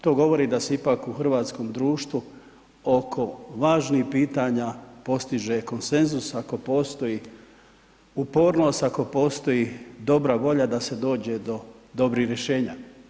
To govori da se ipak u hrvatskom društvu oko važnih pitanja postiže konsenzus ako postoji upornost, ako postoji dobra volja da se dođe do dobrih rješenja.